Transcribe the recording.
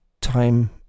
time